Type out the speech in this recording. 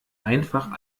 einfach